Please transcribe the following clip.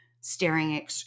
staring